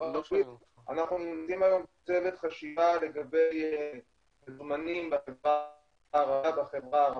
--- אנחנו --- צוות חשיבה לגבי --- בחברה הערבית,